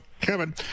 Kevin